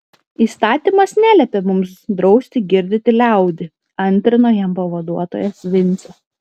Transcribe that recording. įstatymas neliepia mums drausti girdyti liaudį antrino jam pavaduotojas vincė